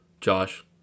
Josh